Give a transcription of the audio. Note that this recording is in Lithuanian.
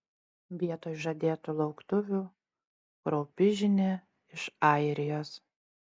vietoj žadėtų lauktuvių kraupi žinia iš airijos